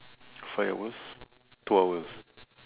five hours two hours